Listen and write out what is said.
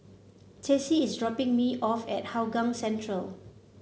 Tessie is dropping me off at Hougang Central